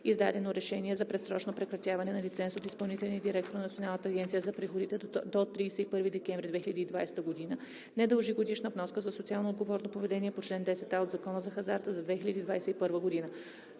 издадено решение за предсрочно прекратяване на лиценз от изпълнителния директор на Националната агенция за приходите до 31 декември 2020 г., не дължи годишна вноска за социално отговорно поведение по чл. 10а от Закона за хазарта за 2021 г.